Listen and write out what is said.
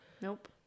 Nope